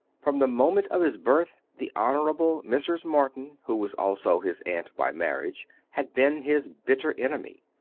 from the moment of his birth the honourable mrs. morton, who was also his aunt by marriage, had been his bitter enemy.